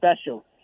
special